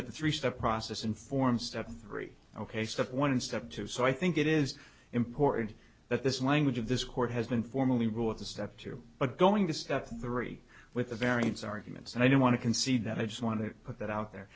that the three step process inform step three ok stuff one step two so i think it is important that this language of this court has been formally rule of the step two but going to step three with a variance arguments and i don't want to concede that i just want to put that out there